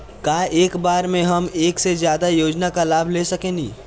का एक बार में हम एक से ज्यादा योजना का लाभ ले सकेनी?